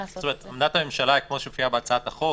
עמדת הממשלה היא כפי שהופיעה בהצעת החוק